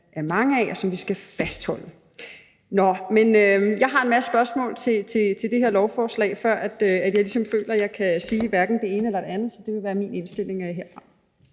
er mange af, og som vi skal fastholde. Jeg har en masse spørgsmål til det her lovforslag, før jeg ligesom føler, jeg kan sige det ene eller det andet, så det vil være min indstilling herfra.